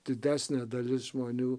didesnė dalis žmonių